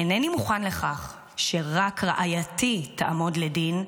אינני מוכן לכך שרק רעייתי תעמוד לדין,